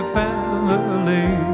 family